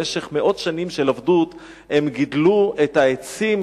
במשך מאות שנים של עבדות הם גידלו את העצים,